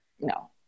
no